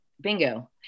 bingo